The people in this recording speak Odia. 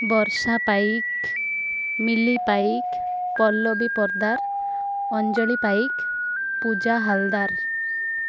ବର୍ଷା ପାଇକ ମିଲି ପାଇକ ପଲ୍ଲବୀ ପର୍ଦାର ଅଞ୍ଜଳି ପାଇକ ପୂଜା ହାଲଦାର